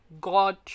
God